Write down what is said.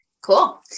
Cool